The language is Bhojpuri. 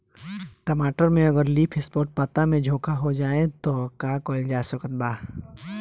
टमाटर में अगर लीफ स्पॉट पता में झोंका हो जाएँ त का कइल जा सकत बा?